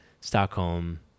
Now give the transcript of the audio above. Stockholm